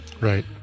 right